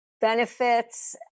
benefits